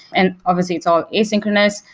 and obviously, it's all asynchronized.